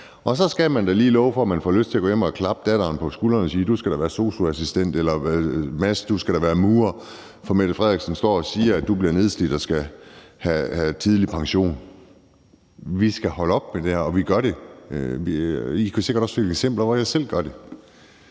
Og så skal man da lige love for, at man får lyst til at gå hjem og klappe datteren på skulderen og sige, at hun da skal være sosu-assistent, eller sige til Mads: Du skal da være murer, for statsministeren står og siger, at du bliver nedslidt og skal have tidlig pension. Vi skal holde op med det der. Vi gør det, og I kan sikkert også finde eksempler, hvor jeg selv gør det,